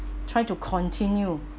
try to continue